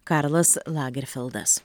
karlas lagerfeldas